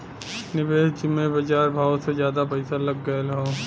निवेस जिम्मे बजार भावो से जादा पइसा लग गएल हौ